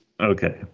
Okay